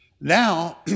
Now